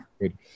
good